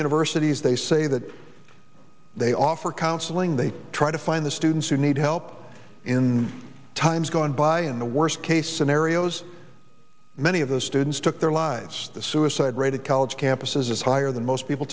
universities they say that they offer counseling they try to find the students who need help in times gone by in the worst case scenarios many of those students took their lives the suicide rate of college campuses is higher than most people